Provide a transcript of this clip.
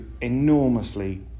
enormously